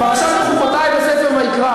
ואני רוצה לקרוא לכם מפרשת בחוקותי בספר ויקרא.